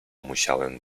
musiałem